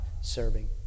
serving